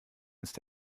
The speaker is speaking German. ist